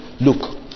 look